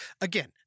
Again